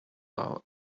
our